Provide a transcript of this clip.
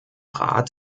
rat